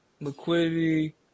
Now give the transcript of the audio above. liquidity